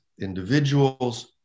individuals